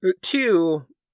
Two